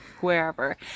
wherever